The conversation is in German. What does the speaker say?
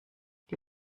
die